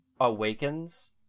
awakens